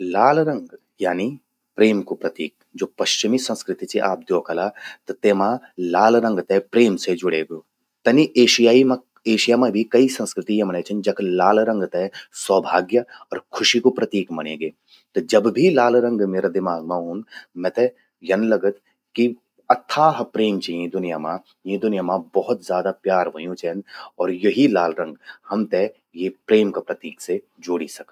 लाला रग यानी प्रेम कू प्रतिक, ज्वो पश्चिमी संस्कृति चि आप द्योखला, त तेमा लाल रंग तै प्रेम से जुड्ये गो। तनि एशियाई मां, एशिया मां भी कई संस्कृति यमण्ये छिन जख लाल रंग तै सौभाग्य अर खुशी कू प्रतीक मण्ये गे। त जब भी लाल रंग म्येरा दिमाग मां ऊंद। मैते यन लगद कि अथाह प्रेम चि यीं दुनिया मां, यीं दुनिया मां भौत ज्यादा व्हयूं चेंद। अर यो ही लाल रंग हमते ये प्रेम का प्रतीक से ज्वोड़ि सकद।